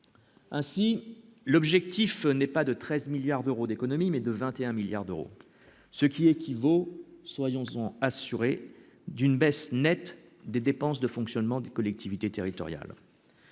ainsi l'objectif n'est pas de 13 milliards d'euros d'économies, mais de 21 milliards d'euros, ce qui équivaut, soyons sont assurés d'une baisse nette des dépenses de fonctionnement du collectivités territoriales.